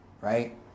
right